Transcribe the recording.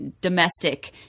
domestic